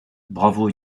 bravo